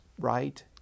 right